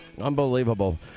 Unbelievable